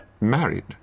married